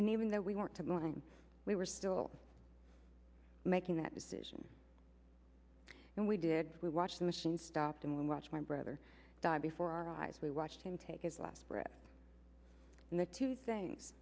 and even though we want to morning we were still making that decision and we did we watch the machine stopped and watch my brother die before our eyes we watched him take his last breath and the two things